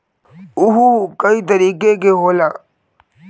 उअहू कई कतीके के होला